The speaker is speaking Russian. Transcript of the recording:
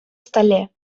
столе